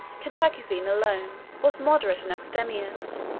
cantacuzene alone was moderate and abstemious